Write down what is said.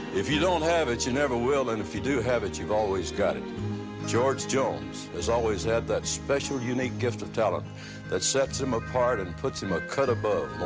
if you don't have it you never will and if you do have it you always got it george jones has always that that special unique gift of talent that sets him apart and puts him a cut above